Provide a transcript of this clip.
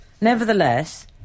nevertheless